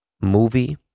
movie